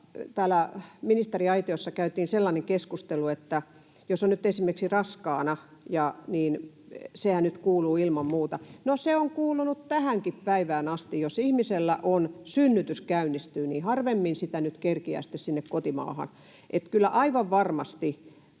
täällä ministeriaitiossa käytiin sellainen keskustelu, että jos on nyt esimerkiksi raskaana, niin sehän nyt kuuluu ilman muuta. No se on kuulunut tähänkin päivään asti. Jos ihmisellä synnytys käynnistyy, niin harvemmin sitä nyt kerkeää sitten sinne kotimaahan, että kyllä aivan varmasti